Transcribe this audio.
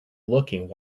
looking